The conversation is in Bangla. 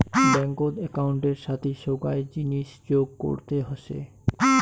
ব্যাঙ্কত একউন্টের সাথি সোগায় জিনিস যোগ করতে হসে